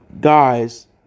guys